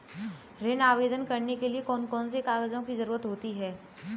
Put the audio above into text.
ऋण आवेदन करने के लिए कौन कौन से कागजों की जरूरत होती है?